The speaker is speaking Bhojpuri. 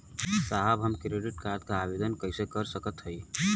साहब हम क्रेडिट कार्ड क आवेदन कइसे कर सकत हई?